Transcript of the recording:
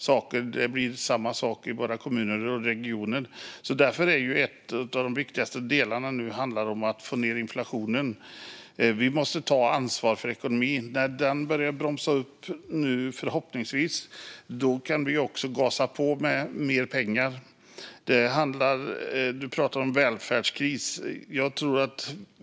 Samma sak blir det för våra kommuner och regioner. Därför handlar en av de viktigaste delarna om att få ned inflationen. Vi måste ta ansvar för ekonomin. När inflationen förhoppningsvis bromsar in kan vi gasa på med mer pengar. Karin Rågsjö pratar om välfärdskris.